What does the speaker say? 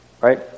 Right